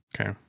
Okay